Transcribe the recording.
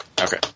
Okay